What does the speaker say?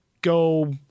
go